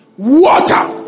Water